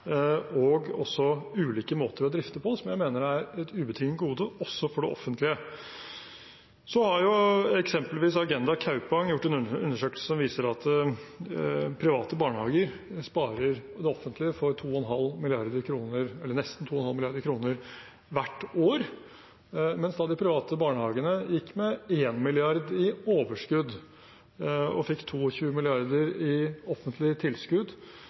og også ulike måter å drifte på, som jeg mener er et ubetinget gode også for det offentlige. Så har eksempelvis Agenda Kaupang gjort en undersøkelse som viser at private barnehager sparer det offentlige for nesten 2,5 mrd. kr hvert år. De private barnehagene gikk med 1 mrd. kr i overskudd og fikk 22 mrd. kr i offentlig tilskudd,